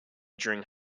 during